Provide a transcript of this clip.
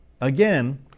Again